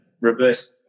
reverse